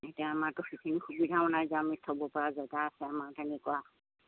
এতিয়া আমাৰটো সেইখিনি সুবিধাও নাই যে আমি থ'ব পৰা জেগা আছে আমাৰ তেনেকুৱা